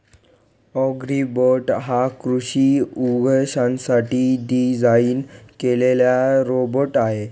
Agribot हा कृषी उद्देशांसाठी डिझाइन केलेला रोबोट आहे